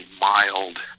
mild